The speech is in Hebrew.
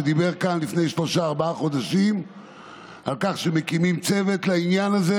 שדיבר כאן לפני שלושה-ארבעה חודשים על כך שמקימים צוות לעניין הזה,